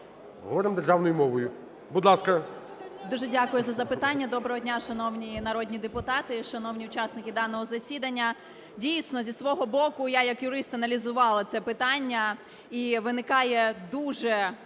говоримо державною мовою. Будь ласка.